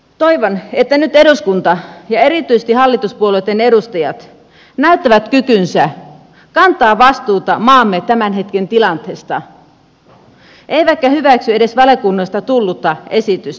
toivon että nyt eduskunta ja erityisesti hallituspuolueitten edustajat näyttävät kykynsä kantaa vastuuta maamme tämän hetken tilanteesta eivätkä hyväksy edes valiokunnasta tullutta esitystä